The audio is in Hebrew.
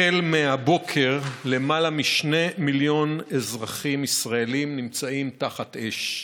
החל מהבוקר למעלה משני מיליון אזרחים ישראלים נמצאים תחת אש,